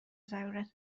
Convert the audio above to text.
ضرورت